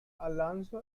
alonzo